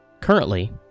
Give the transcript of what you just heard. Currently